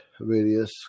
various